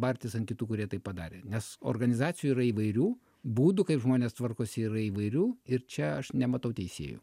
bartis ant kitų kurie taip padarė nes organizacijų yra įvairių būdų kaip žmonės tvarkosi yra įvairių ir čia aš nematau teisėjų